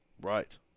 Right